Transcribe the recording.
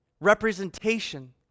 representation